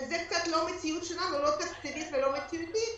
זו לא המציאות שלנו לא תקציבית ולא מציאותית,